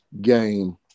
game